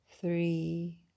three